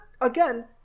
again